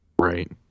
Right